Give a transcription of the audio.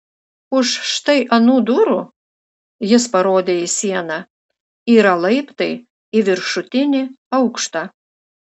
už štai anų durų jis parodė į sieną yra laiptai į viršutinį aukštą